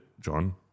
John